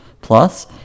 plus